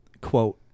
quote